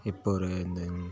இப்போ ஒரு இந்த